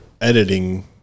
editing